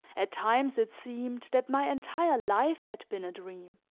at times it seemed that my entire life had been a dream,